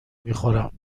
میخورم